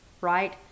right